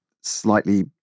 slightly